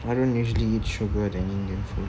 I don't usually eat sugar in indian food